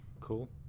Cool